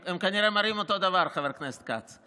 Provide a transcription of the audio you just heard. הם כנראה מראים אותו דבר, חבר הכנסת כץ.